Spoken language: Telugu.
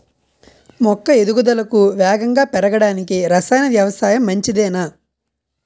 మొక్క ఎదుగుదలకు వేగంగా పెరగడానికి, రసాయన వ్యవసాయం మంచిదేనా?